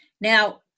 Now